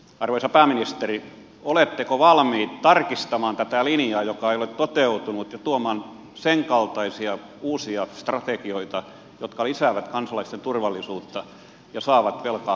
arvoisa pääministeri oletteko valmiit tarkistamaan tätä linjaa joka ei ole toteutunut ja tuomaan sen kaltaisia uusia strategioita jotka lisäävät kansalaisten turvallisuutta ja saavat velan hallintaan